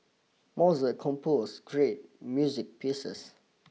Mozart compose great music pieces